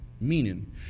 meaning